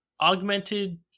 augmented